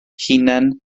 hunain